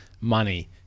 money